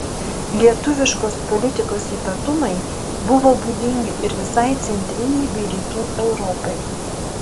lietuviškos politikos ypatumai buvo būdingi ir visai centrinei bei rytų europai